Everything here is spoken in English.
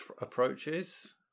approaches